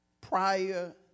Prior